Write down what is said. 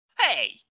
Hey